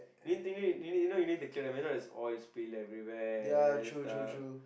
main thing is you need you know you need to clean up you know is oil spill everywhere and and stuff